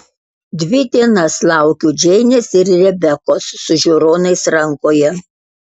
dvi dienas laukiu džeinės ir rebekos su žiūronais rankoje